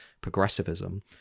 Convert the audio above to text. progressivism